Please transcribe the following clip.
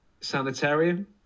sanitarium